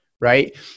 right